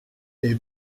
est